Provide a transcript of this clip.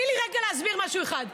תני לי רגע להסביר משהו אחד.